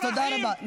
תודה רבה.